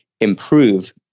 improve